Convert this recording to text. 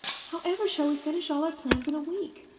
however shall we finish all our plans in a week?